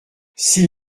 s’ils